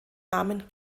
namen